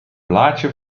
blaadje